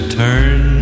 turn